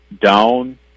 down